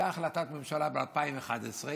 הייתה החלטת ממשלה ב-2011.